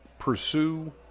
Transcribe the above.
pursue